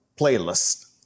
playlist